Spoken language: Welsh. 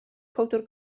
powdr